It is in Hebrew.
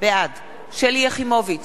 בעד שלי יחימוביץ,